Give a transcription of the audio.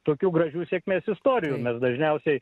tokių gražių sėkmės istorijų mes dažniausiai